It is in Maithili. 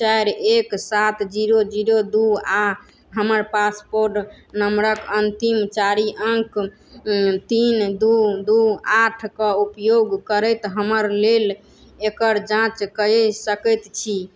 चारि एक सात जीरो जीरो दू आओर हमर पासपोर्ट नंबरके अन्तिम चारि अङ्क तीन दू दू आठके उपयोग करैत हमरा लेल एकर जाँच कए सकैत छी